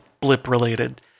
blip-related